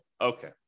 Okay